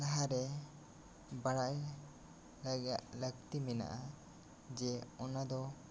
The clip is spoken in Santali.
ᱞᱟᱦᱟᱨᱮ ᱵᱟ ᱲᱟᱭ ᱞᱮᱜᱟᱜ ᱞᱟ ᱠᱛᱤ ᱢᱮᱱᱟᱜᱼᱟ ᱡᱮ ᱚᱱᱟ ᱫᱚ